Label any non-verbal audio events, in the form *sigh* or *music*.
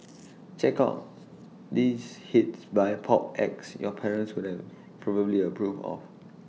*noise* check out these hits by pop acts your parents would probably approve of